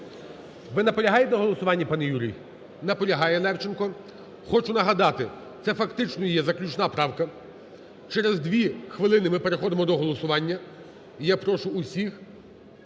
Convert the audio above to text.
Ви наполягаєте на голосуванні, пане Юрій? Наполягає Левченко. Хочу нагадати, це фактично є заключна правка, через дві хвилини ми переходимо до голосування і я прошу всіх